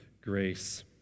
grace